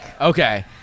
Okay